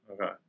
Okay